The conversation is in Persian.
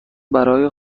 برای